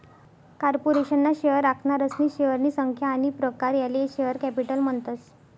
corporation ना share आखनारासनी शेअरनी संख्या आनी प्रकार याले शेअर कॅपिटल म्हणतस